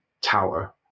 tower